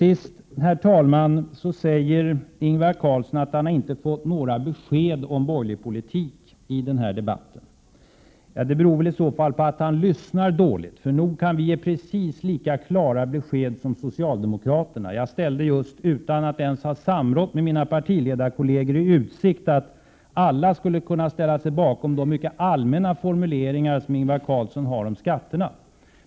Ingvar Carlsson säger att han i denna debatt inte har fått några besked om borgerlig politik. Det beror i så fall på att han lyssnar dåligt — vi kan nog ge precis lika klara besked som socialdemokraterna. Jag ställde just, utan att ens ha samrått med mina partiledarkolleger, i utsikt att alla skulle kunna ställa sig bakom Ingvar Carlssons mycket allmänna formuleringar om skatterna.